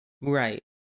right